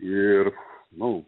ir nu